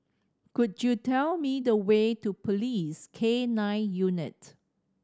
could you tell me the way to Police K Nine Unit